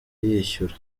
yishyura